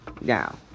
Now